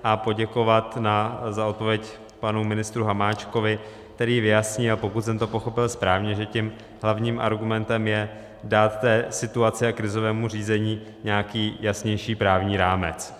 A poděkovat za odpověď panu ministru Hamáčkovi, který vyjasní a pokud jsem to pochopil správně, že tím hlavním argumentem je dát té situaci a krizovému řízení nějaký jasnější právní rámec.